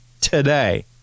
today